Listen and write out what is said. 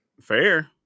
Fair